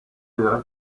della